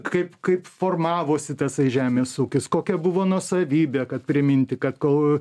kaip kaip formavosi tasai žemės ūkis kokia buvo nuosavybė kad priminti kad kol